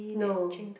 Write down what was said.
no